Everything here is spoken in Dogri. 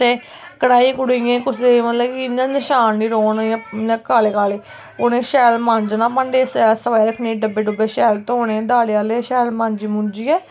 ते कड़ाहियें कड़ूहियें कुसै मतलब कि इ'यां नशान नी रौह्न इ'यां काले काले उ'नेंगी शैल मांजना भांडे सफाई रक्खनी डब्बे डुब्बे धोने दाली आह्ले शैल मांजी मूंजियै